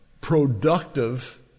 productive